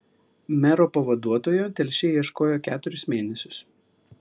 mero pavaduotojo telšiai ieškojo keturis mėnesius